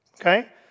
okay